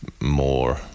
more